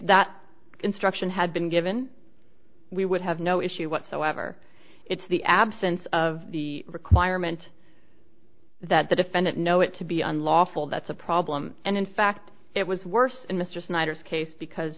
that instruction had been given we would have no issue whatsoever it's the absence of the requirement that the defendant know it to be unlawful that's a problem and in fact it was worse in mr snyder's case because